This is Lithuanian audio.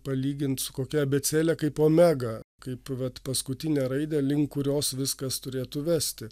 palygint su kokia abėcėle kaip omega kaip bet paskutinę raidę link kurios viskas turėtų vesti